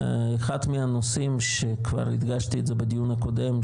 אחד מהנושאים שכבר הדגשתי בדיון הקודם,